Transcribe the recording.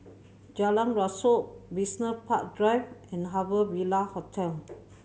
Jalan Rasok Business Park Drive and Harbour Ville Hotel